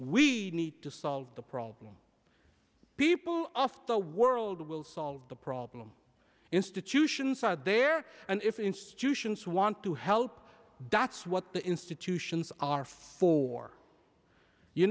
we need to solve the problem people off the world will solve the problem institutions out there and if institutions want to help that's what the institutions are for you